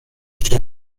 się